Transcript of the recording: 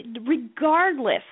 regardless